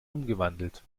umgewandelt